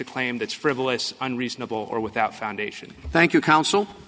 a claim that's frivolous unreasonable or without foundation thank you counsel